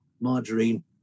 margarine